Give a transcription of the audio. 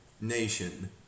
nation